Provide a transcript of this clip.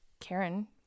Karen